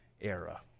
era